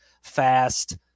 fast